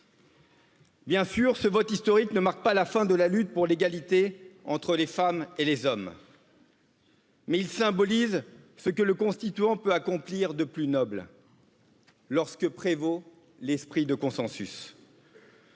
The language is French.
Bien sûr, ce vote historique ne marque pas la fin de la lutte pour l'égalité entre les femmes et les hommes. Mais il symbolise ce que le constituant peut accomplir de plus noble. lorsque prévaut l'esprit de consensus